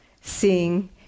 seeing